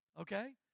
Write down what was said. Okay